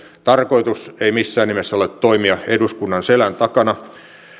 tarkoitus ei missään nimessä ole toimia eduskunnan selän takana